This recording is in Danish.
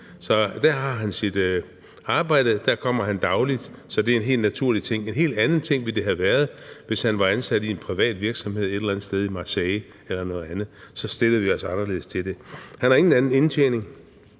Så der har han sit arbejde, og der kommer han dagligt, så det er en helt naturlig ting. Det ville have været en helt anden ting, hvis han var ansat i en privat virksomhed et eller andet sted i Marseille eller noget andet. Så ville vi stille os anderledes til det. Og han har ingen anden indtjening.